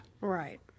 Right